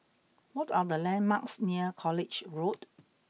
what are the landmarks near College Road